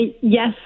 yes